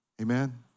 Amen